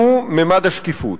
והוא ממד השקיפות.